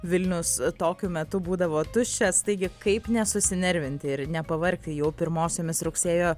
vilnius tokiu metu būdavo tuščias taigi kaip nesusinervinti ir nepavargti jau pirmosiomis rugsėjo